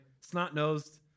snot-nosed